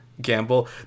gamble